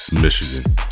Michigan